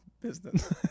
business